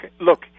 look